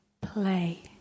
play